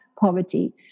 poverty